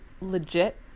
legit